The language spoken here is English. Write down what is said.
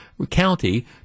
county